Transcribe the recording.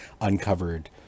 uncovered